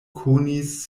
konis